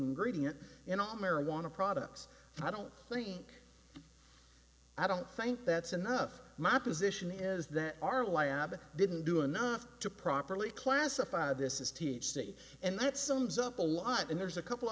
ingredients in all marijuana products i don't think i don't think that's enough my position is that our lab didn't do enough to properly classify this is t h c and that sums up a lot and there's a couple